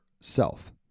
self